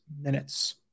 minutes